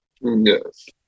yes